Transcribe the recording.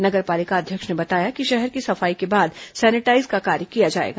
नगर पालिका अध्यक्ष ने बताया कि शहर की सफाई के बाद सैनिटाईज का कार्य किया जाएगा